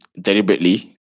deliberately